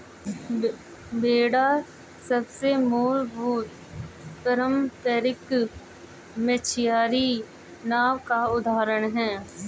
बेड़ा सबसे मूलभूत पारम्परिक मछियारी नाव का उदाहरण है